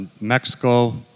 Mexico